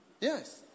Yes